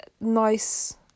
nice